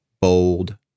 bold